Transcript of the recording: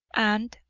and,